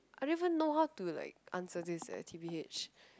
I didn't even know how to like answer this eh t_b_h